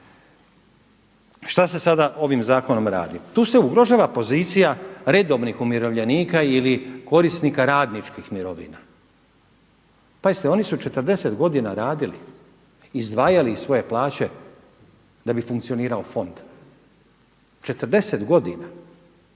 Šta se sada ovim zakonom radi? Tu se ugrožava pozicija redovnih umirovljenika ili korisnika radničkih mirovina. Pazite oni su 40 godina radili, izdvajali iz svoje plaće da bi funkcionirao fond, 40 godina.